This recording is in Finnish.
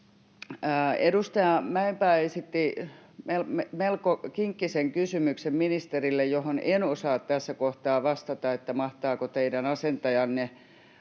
Edustaja Mäenpää esitti melko kinkkisen kysymyksen ministerille, johon en osaa tässä kohtaa vastata, että mahtaako teidän asentajanne